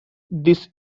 this